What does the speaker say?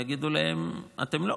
ויגידו להם: אתם לא.